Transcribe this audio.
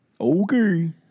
Okay